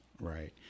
right